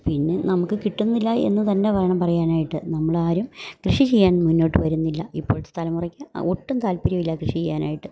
പിന്നെ നമുക്ക് കിട്ടുന്നില്ല എന്ന് തന്നെ വേണം പറയാനായിട്ട് നമ്മളാരും കൃഷി ചെയ്യാൻ മുന്നോട്ട് വരുന്നില്ല ഇപ്പോളത്തെ തലമുറക്ക് അ ഒട്ടും താല്പര്യമില്ല കൃഷി ചെയ്യാനായിട്ട്